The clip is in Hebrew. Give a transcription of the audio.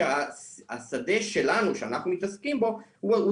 כשהשדה שלנו שאנחנו מתעסקים בו הוא